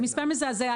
זה מספר מזעזע.